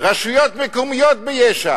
רשויות מקומיות ביש"ע